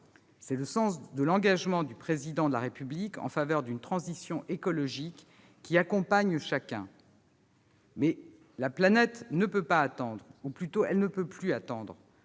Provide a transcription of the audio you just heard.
C'est le sens des engagements du Président de la République en faveur d'une transition écologique qui accompagne chacun. Mais la planète ne peut pas attendre, ou plutôt elle ne peut plus attendre.